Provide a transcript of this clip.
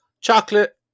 chocolate